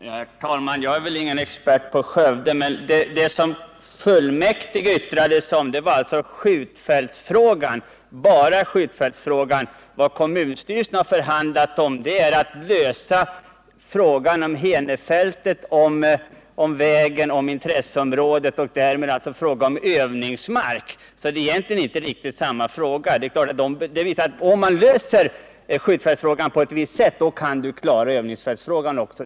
Herr talman! Jag är väl ingen expert på Skövde, men det som kommunfullmäktige yttrade sig om var skjutfältsfrågan, bara den frågan. Vad kommunstyrelsen har förhandlat om gäller en lösning av frågan om Henefältet, om vägen, om intresseområdet och därmed också om övningsmark. Det är inte riktigt samma fråga. Om man löser skjutfältsfrågan på ett visst sätt, kan man klara övningsfältsfrågan också.